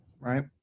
right